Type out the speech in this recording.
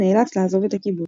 נאלץ לעזוב את הקיבוץ.